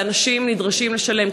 ואנשים נדרשים לשלם,